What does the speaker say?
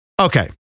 Okay